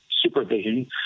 supervision